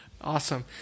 awesome